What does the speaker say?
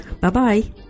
Bye-bye